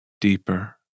deeper